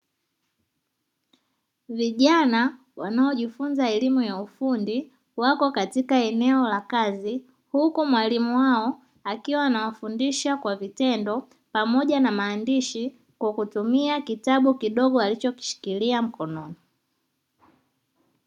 Vijana wanaojifunza elimu ya ufundi wako katika eneo la kazi, huku mwalimu wao akiwa anawafundisha kwa vitendo pamoja na maandishi kwa kutumia kitabu kidogo alichokishikilia mkononi.